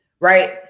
right